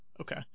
okay